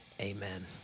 Amen